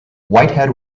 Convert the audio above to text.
whitehead